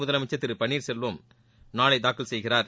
முதலமைச்சர் திரு பன்னீர் செல்வம் நாளை தாக்கல் செய்கிறார்